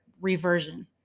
reversion